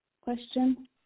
question